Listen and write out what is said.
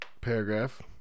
paragraph